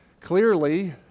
clearly